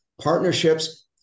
partnerships